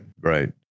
right